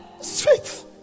Sweet